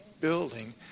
building